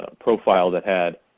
um profile that had